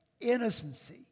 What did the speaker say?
innocency